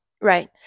Right